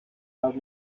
out